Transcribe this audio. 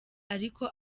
ariko